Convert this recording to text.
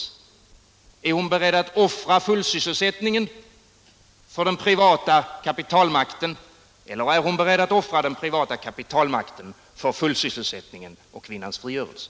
Är fru af Ugglas beredd att offra fullsysselsättningen för den privata kapitalmarknaden eller att offra den privata kapitalmarknaden för fullsysselsättningen och kvinnornas frigörelse?